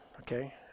okay